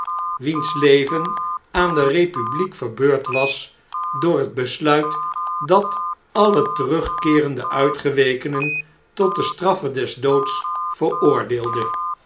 wiens leven aan de republiek verbeurd was door het besluit dat alle terugkeerende uitgewekenen tot de straffe des doods veroordeelde